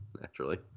Naturally